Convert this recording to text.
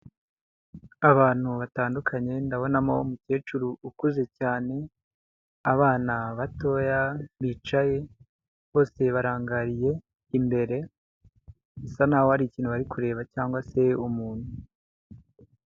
Abantu batandukanye, ndabonamo umukecuru ukuze cyane, abana batoya bicaye, bose barangariye imbere, bisa n'aho hari ikintu bari kureba cyangwa se umuntu.